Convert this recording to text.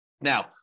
Now